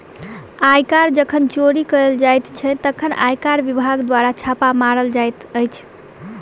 आयकर जखन चोरी कयल जाइत छै, तखन आयकर विभाग द्वारा छापा मारल जाइत अछि